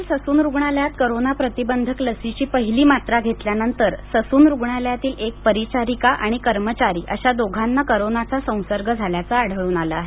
Sassoon पणे पुण्यातील Sassoon रुग्णालयात करोना प्रतिबंधक लसीचा पहिली मात्रा घेतल्यानंतर ससून रुग्णालयातील एक परिचारिका आणि कर्मचारी अशा दोघांना करोनाचा संसर्ग झाल्याचं आढळून आलंय